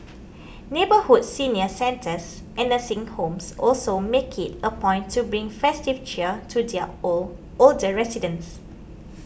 neighbourhood senior centres and nursing homes also make it a point to bring festive cheer to their old older residents